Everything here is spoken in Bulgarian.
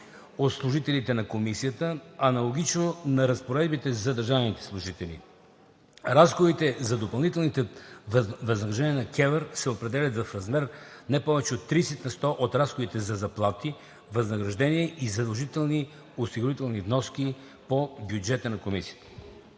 от служителите на Комисията, аналогично на разпоредбите за държавните служители. Разходите за допълнителните възнаграждения на КЕВР се определят в размер не повече от 30 на сто от разходите за заплати, възнаграждения и задължителни осигурителни вноски по бюджета на Комисията.